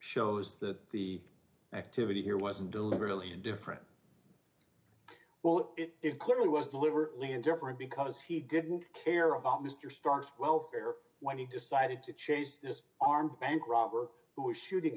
shows that the activity here wasn't deliberately indifferent well it clearly was deliberately and different because he didn't care about mr stark's welfare when he decided to chase this armed bank robber who was shooting